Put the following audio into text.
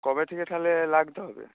কবে থেকে তাহলে লাগতে হবে